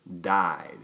died